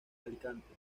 alicante